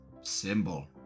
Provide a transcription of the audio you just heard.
symbol